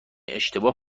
اشتباه